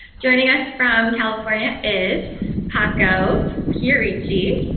joining us from california, is paco chierici.